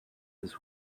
his